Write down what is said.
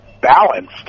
balanced